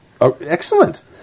Excellent